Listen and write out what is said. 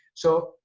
so,